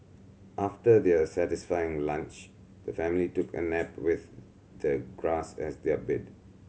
after their satisfying lunch the family took a nap with the grass as their bed